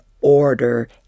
order